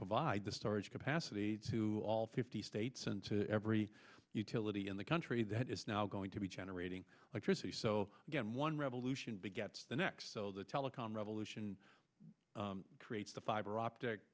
provide the storage capacity to all fifty states and to every utility in the country that is now going to be generating electricity so again one revolution begets the next so the telecom revolution creates the fiber optic